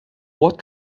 what